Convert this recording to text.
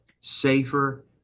safer